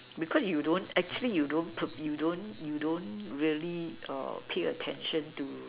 because you don't actually you don't you don't you don't really pay attention to